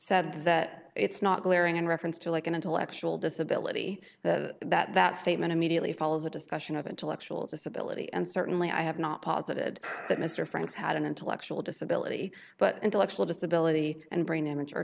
said that it's not glaring in reference to like an intellectual disability that that statement immediately follows a discussion of intellectual disability and certainly i have not posited that mr franks had an intellectual disability but intellectual disability and brain damage